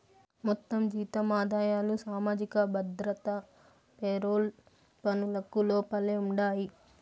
మొత్తం జీతం ఆదాయాలు సామాజిక భద్రత పెరోల్ పనులకు లోపలే ఉండాయి